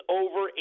over